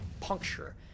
puncture